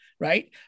right